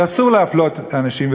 כי אסור להפלות אנשים.